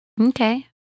Okay